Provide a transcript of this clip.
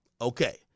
Okay